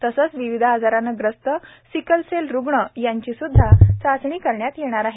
तसेच विविध आजाराने ग्रस्त सिकलसेल रुग्ण यांचीस्द्वा चाचणी करण्यात येणार आहे